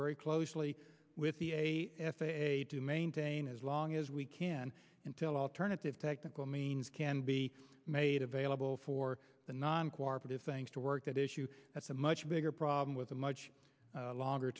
very closely with the f a a to maintain as long as we can until alternative technical means can be made available for the non co operative things to work that issue that's a much bigger problem with a much longer